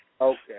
Okay